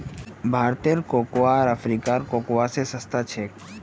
भारतेर कोकोआ आर अफ्रीकार कोकोआ स सस्ता छेक